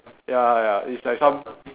ya ya it's like some